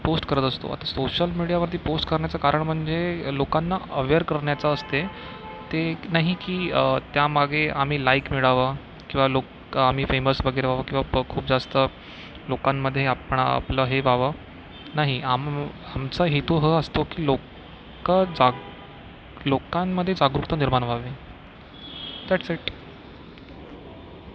post करत असतो social मीडियावरती पोस्ट करण्याचा कारण म्हणजे लोकांना अवेअर करण्याचा असते ते नाही की त्यामागे आम्ही लाईक मिळावा किंवा लोक आम्ही फेमस वगैरे व्हावं किंवा प खूप जास्त लोकांमध्ये आपणा आपलं हे व्हावं नाही आम आमचा हेतू हा असतो की लोकं जाग लोकांमध्ये जागरूकता निर्माण व्हावी दॅटस् इट